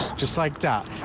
just like that.